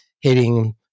hitting